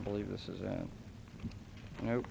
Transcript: i believe this is that no